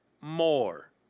more